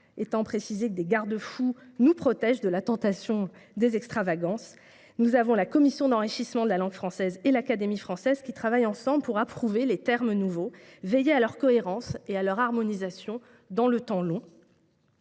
étant précisé que des garde fous nous protègent de la tentation des extravagances. La commission d’enrichissement de la langue française et l’Académie française travaillent ensemble pour approuver les termes nouveaux, veiller à leur cohérence et à leur harmonisation dans le temps long.